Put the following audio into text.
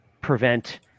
prevent